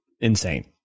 insane